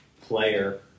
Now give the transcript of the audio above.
player